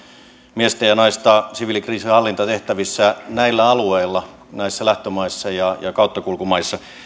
miestä ja naista siviilikriisinhallintatehtävissä näillä alueilla näissä lähtömaissa ja ja kauttakulkumaissa